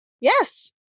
Yes